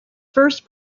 first